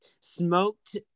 smoked